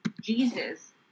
Jesus